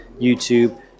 YouTube